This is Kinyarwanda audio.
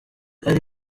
ari